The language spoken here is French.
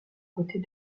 côtés